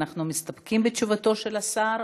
אנחנו מסתפקים בתשובתו של השר,